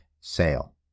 sale